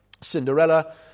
Cinderella